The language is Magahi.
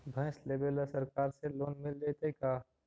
भैंस लेबे ल सरकार से लोन मिल जइतै का?